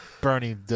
Bernie